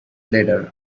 later